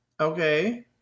Okay